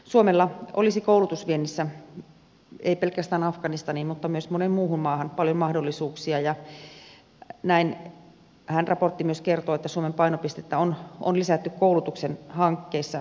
suomella olisi koulutusviennissä ei pelkästään afganistaniin mutta myös moneen muuhun maahan paljon mahdollisuuksia ja näinhän raportti myös kertoo että suomen painopistettä on lisätty koulutuksen hankkeissa